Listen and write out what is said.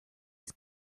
his